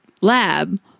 lab